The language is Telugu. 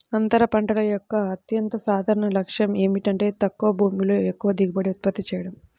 అంతర పంటల యొక్క అత్యంత సాధారణ లక్ష్యం ఏమిటంటే తక్కువ భూమిలో ఎక్కువ దిగుబడిని ఉత్పత్తి చేయడం